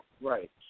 Right